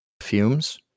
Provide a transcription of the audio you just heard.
fumes